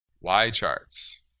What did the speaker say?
Y-Charts